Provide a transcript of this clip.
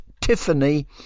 Tiffany